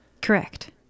Correct